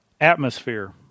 Atmosphere